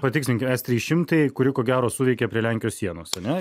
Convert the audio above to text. patikslink s trys šimtai kuri ko gero suveikė prie lenkijos sienos ane